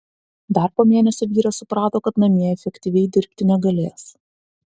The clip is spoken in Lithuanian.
dar po mėnesio vyras suprato kad namie efektyviai dirbti negalės